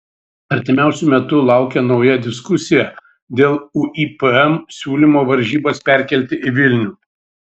artimiausiu metu laukia nauja diskusija dėl uipm siūlymo varžybas perkelti į vilnių